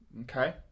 Okay